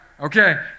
Okay